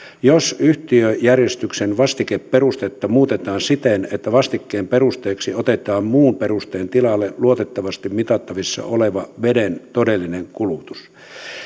jos yhtiöjärjestyksen vastikeperustetta muutetaan siten että vastikkeen perusteeksi otetaan muun perusteen tilalle luotettavasti mitattavissa oleva veden todellinen kulutus